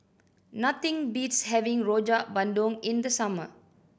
nothing beats having Rojak Bandung in the summer